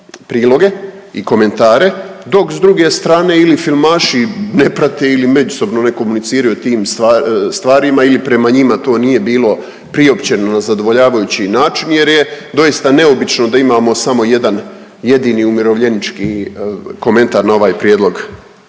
priloge i komentare, dok s druge strane ili filmaši ne prate ili međusobno ne komuniciraju o tim stvarima ili prema njima to nije bilo priopćeno na zadovoljavajući način jer je doista neobično da imamo samo jedan jedini umirovljenički komentar na ovaj prijedlog